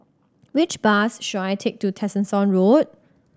which bus should I take to Tessensohn Road